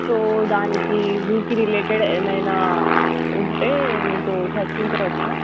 so దానికి జూకి related ఏమైనా ఉంటే మీతో చర్చించవచ్చా